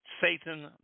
Satan